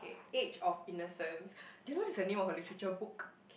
age-of-innocence do you know that's the name of a literature book